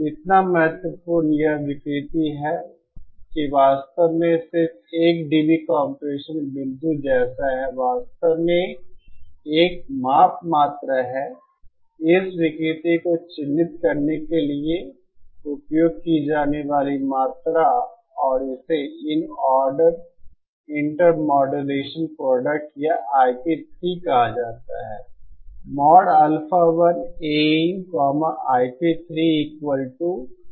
इतना महत्वपूर्ण यह विकृति है कि वास्तव में सिर्फ 1 dB कंप्रेशन बिंदु जैसा है वास्तव में एक माप मात्रा है इस विकृति को चिह्नित करने के लिए उपयोग की जाने वाली मात्रा और इसे इनऑर्डर इंटरमॉड्यूलेशन प्रोडक्ट या Ip3 कहा जाता है